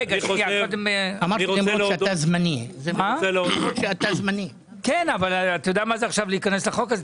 אתה יודע מה זה להיכנס לחוק הזה?